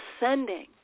ascending